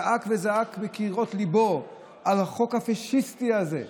צעק וזעק מקירות ליבו על החוק הפשיסטי הזה,